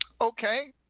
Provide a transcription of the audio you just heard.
Okay